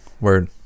word